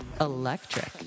Electric